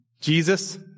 Jesus